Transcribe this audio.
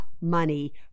money